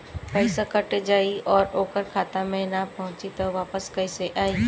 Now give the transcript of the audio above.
पईसा कट जाई और ओकर खाता मे ना पहुंची त वापस कैसे आई?